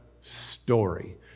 story